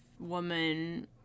woman